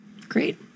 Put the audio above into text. Great